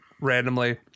randomly